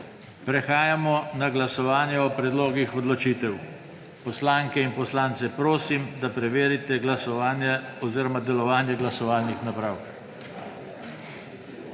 Prehajamo na glasovanje o predlogih odločitev. Poslanke in poslance prosim, da preverite delovanje glasovalnih naprav.